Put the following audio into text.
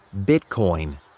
Bitcoin